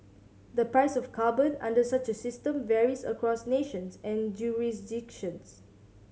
the price of carbon under such a system varies across nations and jurisdictions